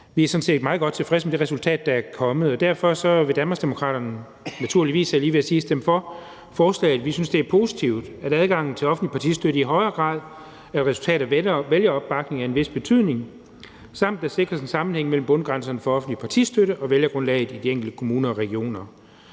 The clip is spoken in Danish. set meget godt tilfredse med det resultat, der er kommet. Derfor vil Danmarksdemokraterne naturligvis, var jeg lige ved at sige, stemme for forslaget. Vi synes, det er positivt, at adgangen til offentlig partistøtte i højere grad er et resultat af vælgeropbakning af en vis betydning, samt at der sikres en sammenhæng mellem bundgrænserne for offentlig partistøtte og vælgergrundlaget i de enkelte kommuner og regioner.